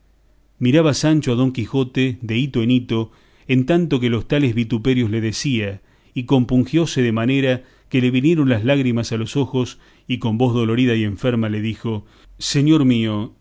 miraba sancho a don quijote de en hito en hito en tanto que los tales vituperios le decía y compungióse de manera que le vinieron las lágrimas a los ojos y con voz dolorida y enferma le dijo señor mío